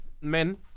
men